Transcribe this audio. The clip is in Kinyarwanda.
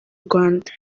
rwanda